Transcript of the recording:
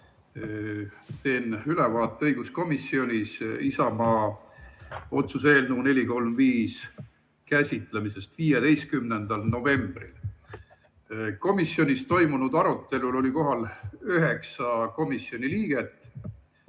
Teen ülevaate õiguskomisjonis Isamaa otsuse eelnõu 435 käsitlemisest 15. novembril. Komisjonis toimunud arutelul oli kohal üheksa komisjoni liiget.